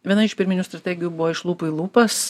viena iš pirminių strategijų buvo iš lūpų į lūpas